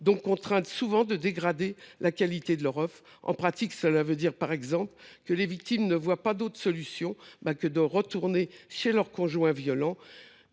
voient souvent obligées de dégrader la qualité de leur offre. En pratique, cela signifie, par exemple, que des victimes n’auront pas d’autre solution que de retourner chez leur conjoint violent